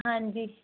ਹਾਂਜੀ